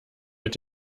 mit